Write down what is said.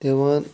دِوان